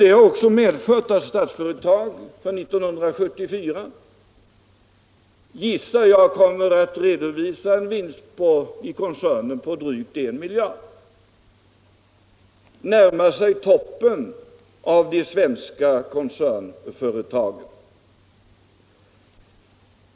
Detta har också medfört att Statsföretag för 1974 kommer att redovisa en vinst i koncernen på, gissar jag, drygt en miljard och närma sig toppen av de svenska koncernföretagen.